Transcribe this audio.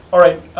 all right,